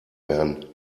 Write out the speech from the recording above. werden